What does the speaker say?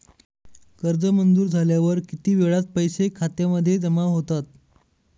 कर्ज मंजूर झाल्यावर किती वेळात पैसे खात्यामध्ये जमा होतात?